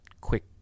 quick